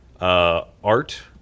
art